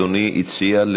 אדוני הציע?